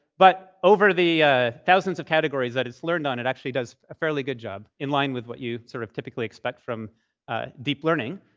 but over the thousands of categories that it's learned on, it actually does a fairly good job, in line with what you sort of typically expect from deep learning.